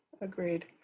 agreed